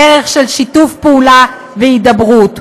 בדרך של שיתוף פעולה והידברות.